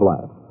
Life